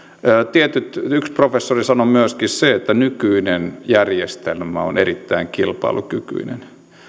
yksi professori sanoi myöskin sen että nykyinen järjestelmä on erittäin kilpailukykyinen